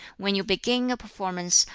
when you begin a performance,